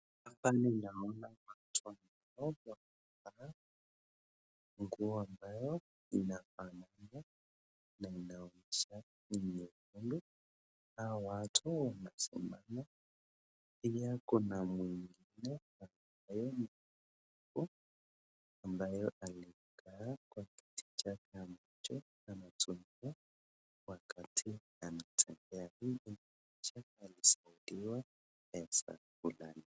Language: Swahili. Hapa ninaona watu wamevaa nguo ambayo imefanana na inaonyesha ni nyekundu, hao watu wamesimama pia kuna mwenye ameketi ambaye ni mlemavu ambayo amekaa kwa kiti chake ambacho anatumia wakati anatembea, hii picha ilishuhudiwa na mtu fulani.